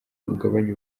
ugabanya